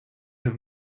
have